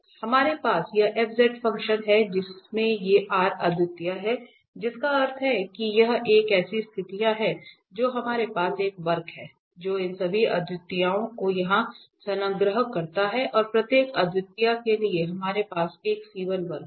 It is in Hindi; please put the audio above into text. तो हमारे पास यह f फ़ंक्शन है जिसमें ये r अद्वितीयताएं हैं जिसका अर्थ है कि यह ऐसी स्थितियां हैं जो हमारे पास एक वक्र है जो इन सभी अद्वितीयताओं को यहां संलग्न करता है और प्रत्येक अद्वितीयता के लिए हमारे पास एक वक्र है